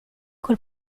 col